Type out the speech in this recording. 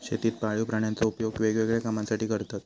शेतीत पाळीव प्राण्यांचो उपयोग वेगवेगळ्या कामांसाठी करतत